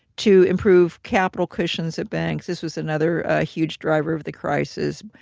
to improve capital cushions at banks. this was another ah huge driver of the crisis,